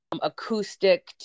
acoustic